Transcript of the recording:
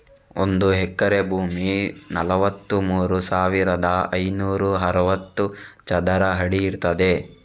ಒಂದು ಎಕರೆ ಭೂಮಿ ನಲವತ್ತಮೂರು ಸಾವಿರದ ಐನೂರ ಅರವತ್ತು ಚದರ ಅಡಿ ಇರ್ತದೆ